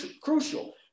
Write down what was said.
crucial